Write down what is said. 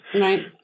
Right